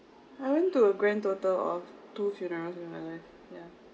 I went to a grand total of two funerals in my life yeah